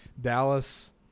Dallas